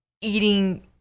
eating